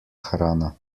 hrana